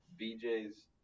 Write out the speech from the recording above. BJ's